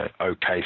okay